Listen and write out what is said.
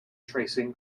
tracing